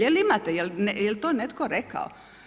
Jel imate, jel to netko rekao?